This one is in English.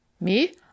Me